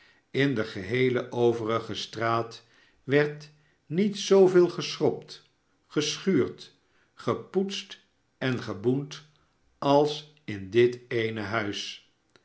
in de geheele overige straat werd niet zooveel geschrobd geschuurd gepoetst en geboend als in dit dene huis